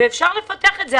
אפשר לפתח את זה.